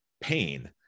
pain